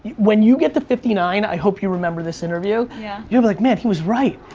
when you get to fifty nine, i hope you remember this interview. yeah. you'll be like, man, he was right.